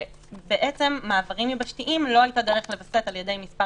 את המעברים היבשתיים לא הייתה דרך לווסת בעזרת מספר